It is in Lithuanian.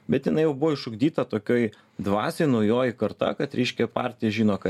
bet jinai jau buvo išugdyta tokioj dvasioj naujoji karta kad ryškia partija žino ką